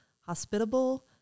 hospitable